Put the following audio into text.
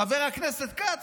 חבר הכנסת כץ,